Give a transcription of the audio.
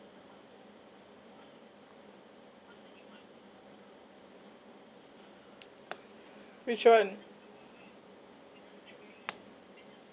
which one